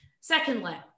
Secondly